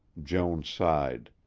joan sighed.